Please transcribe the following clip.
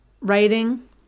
writing